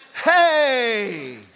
Hey